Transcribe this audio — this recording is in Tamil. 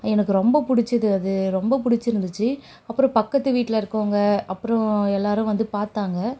எனக்கு ரொம்ப பிடிச்சிது அது ரொம்ப பிடிச்சிருந்துச்சி அப்புறம் பக்கத்து வீட்டில் இருக்கறவங்க அப்புறம் எல்லோரும் வந்து பார்த்தாங்க